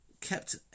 kept